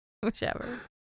Whichever